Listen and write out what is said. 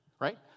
right